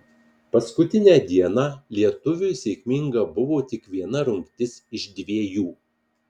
paskutinę dieną lietuviui sėkminga buvo tik viena rungtis iš dvejų